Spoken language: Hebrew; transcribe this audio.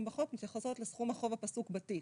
בחוק מתייחסות לסכום החוב הפסוק בתיק,